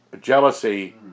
Jealousy